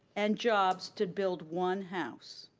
and jobs to build one house.